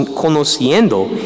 conociendo